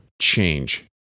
change